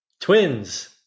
Twins